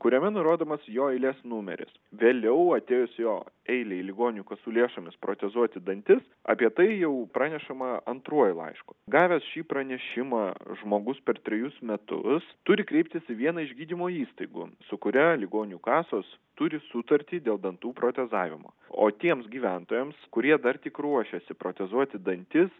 kuriame nurodomas jo eilės numeris vėliau atėjus jo eilei ligonių kasų lėšomis protezuoti dantis apie tai jau pranešama antruoju laišku gavęs šį pranešimą žmogus per trejus metus turi kreiptis į vieną iš gydymo įstaigų su kuria ligonių kasos turi sutartį dėl dantų protezavimo o tiems gyventojams kurie dar tik ruošiasi protezuoti dantis